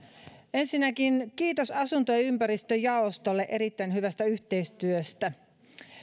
ensinnäkin kiitos asunto ja ympäristöjaostolle erittäin hyvästä yhteistyöstä